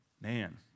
man